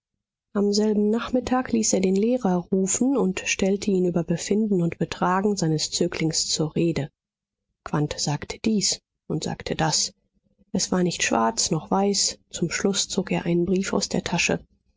am selben nachmittag ließ er den lehrer rufen und stellte ihn über befinden und betragen seines zöglings zur rede quandt sagte dies und sagte das es war nicht schwarz noch weiß zum schluß zog er einen brief aus der tasche